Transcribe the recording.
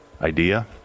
idea